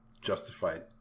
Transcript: justified